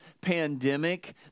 pandemic